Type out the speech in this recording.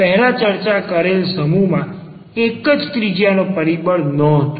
પહેલા ચર્ચા કરેલ સમૂહમાં એક જ ત્રિજ્યાનો પરિબળ નો હતો